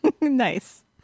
Nice